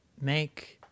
make